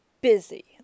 busy